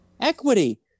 Equity